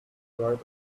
right